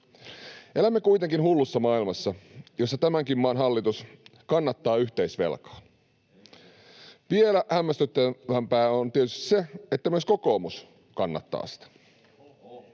Elämme kuitenkin hullussa maailmassa, jossa tämänkin maan hallitus kannattaa yhteisvelkaa. [Tuomas Kettunen: Ei kannata!] Vielä hämmästyttävämpää on tietysti se, että myös kokoomus kannattaa sitä.